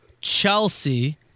Chelsea